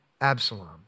Absalom